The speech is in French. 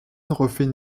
refait